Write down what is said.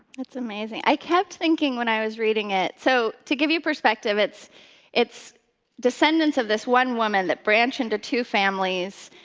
that's amazing. i kept thinking when i was reading it, so, to give you perspective, it's it's descendants of this one woman that branch into two families,